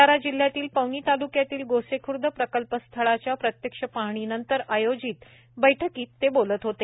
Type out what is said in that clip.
भंडारा जिल्हयातील पवनी तालुक्यातील गोसेखर्द प्रकल्प स्थळाच्या प्रत्यक्ष पाहणीनंतर आयोजित बैठकीत ते बोलत होते